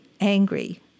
angry